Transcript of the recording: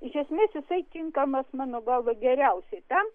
iš esmės jisai tinkamas mano galva geriausiai ten